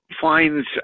finds